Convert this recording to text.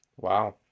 Wow